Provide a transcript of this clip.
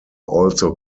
also